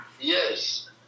Yes